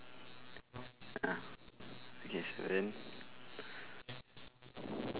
ah okay so then